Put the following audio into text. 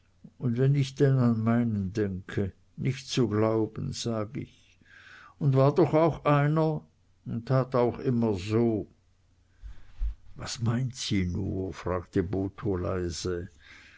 un wenn ich denn an meinen denke nicht zu glauben sag ich un war doch auch einer un tat auch immer so was meint sie nur fragte botho leise